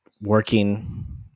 Working